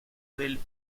del